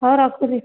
ହଉ ରଖୁଛି